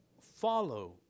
follow